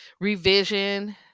revision